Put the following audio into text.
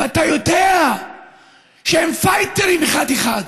ואתה יודע שהם פייטרים אחד-אחד?